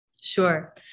Sure